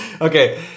Okay